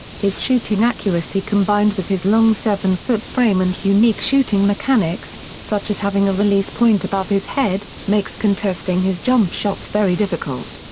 his shooting accuracy combined with his long seven-foot frame and unique shooting mechanics, such as having a release point above his head, makes contesting his jump shots very difficult.